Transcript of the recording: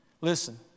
Listen